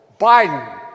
Biden